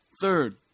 Third